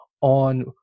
on